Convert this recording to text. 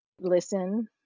listen